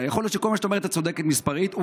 יכול להיות שבכל מה שאת אומרת את צודקת מספרית אבל